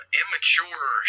immature